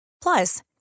Plus